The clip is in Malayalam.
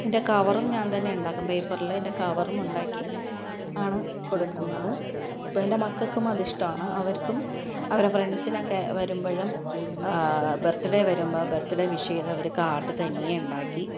അതിന്റെ കവറും ഞാന് തന്നെ ഉണ്ടാക്കും പേപ്പറിൽ അതിന്റെ കവറും ഉണ്ടാക്കി ആണ് കൊടുക്കുന്നത് ഇപ്പം എന്റെ മക്കൾക്കും അതിഷ്ടമാണ് അവർക്കും അവരുടെ ഫ്രണ്ട്സിനൊക്കെ വരുമ്പോഴും ബര്ത്ത്ഡേ വരുമ്പോൾ ബര്ത്ത്ഡേ വിഷ് ചെയ്ത് അവർ കാര്ഡ് തനിയെ ഉണ്ടാക്കി